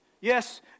Yes